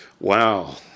Wow